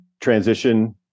transition